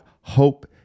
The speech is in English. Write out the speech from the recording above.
hope